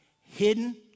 hidden